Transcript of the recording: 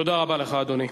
תודה רבה לך, אדוני.